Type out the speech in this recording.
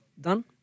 done